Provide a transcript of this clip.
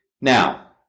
Now